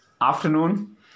afternoon